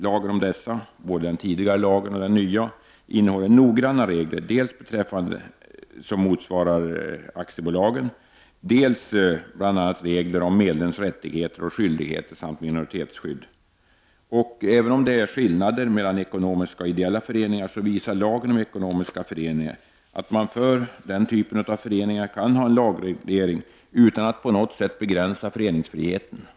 Lagen om dessa — både den tidigare lagen och den nya — innehåller noggranna regler, dels sådana som motsvarar aktie Även om det är skillnader mellan ekonomiska och ideella föreningar, visar lagen om ekonomiska föreningar att man för den typen av föreningar kan ha lagreglering utan att på något sätt begränsa föreningsfriheten.